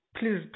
Please